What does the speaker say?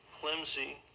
flimsy